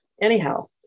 anyhow